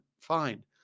Fine